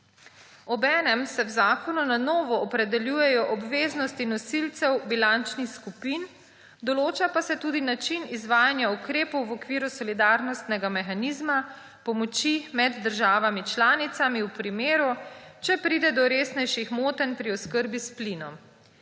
Obenem se v zakonu na novo opredeljujejo obveznosti nosilcev bilančnih skupin, določa pa se tudi način izvajanja ukrepov v okviru solidarnostnega mehanizma pomoči med državami članicami v primeru, da pride do resnejših motenj pri oskrbi s plinom.